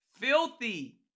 Filthy